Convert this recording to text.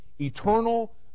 eternal